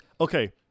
okay